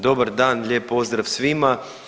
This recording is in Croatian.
Dobar dan, lijep pozdrav svima.